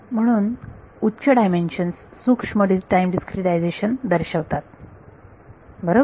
म्हणून उच्च डायमेन्शन्स सूक्ष्म टाईम डीस्क्रीटायझेशन दर्शवतात बरोबर